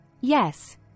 yes